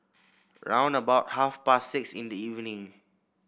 round about half past six in the evening